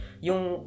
yung